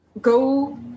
go